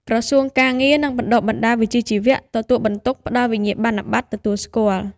ក្រសួងការងារ និងបណ្តុះបណ្តាលវិជ្ជាជីវៈ ទទួលបន្ទុកផ្តល់វិញ្ញាបនបត្រទទួលស្គាល់។